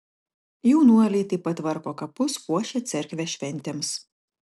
jaunuoliai taip pat tvarko kapus puošia cerkvę šventėms